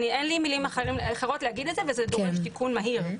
אין לי מילים אחרות להגיד את זה וזה דורש תיקון מהיר.